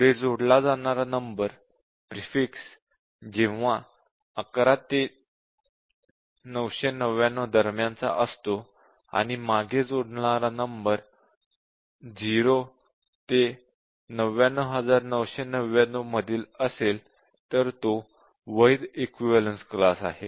पुढे जोडला जाणारा नंबर प्रेफिक्स जेव्हा 11 ते 999 दरम्यानचा असतो आणि मागे जोडले जाणारा नंबरसफीक्स 0000 ते 99999 यामधील असेल तर तो वैध इक्विवलेन्स क्लास आहे